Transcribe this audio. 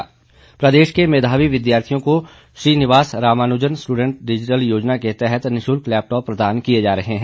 सरवीन प्रदेश के मेधावी विद्यार्थियों को श्रीनिवास रामानुजन स्ट्डेंट डिजिटल योजना के तहत निशुल्क लैपटॉप प्रदान किए जा रहे हैं